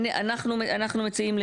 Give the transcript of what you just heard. אנחנו מציעים,